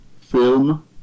film